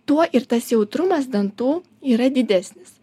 tuo ir tas jautrumas dantų yra didesnis